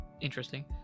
interesting